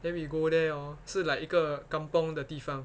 then we go there orh 是 like 一个 kampung 的地方